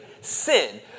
sin